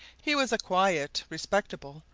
he was a quiet, respectable,